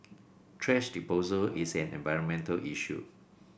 thrash disposal is an environmental issue